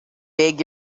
beg